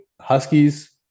Huskies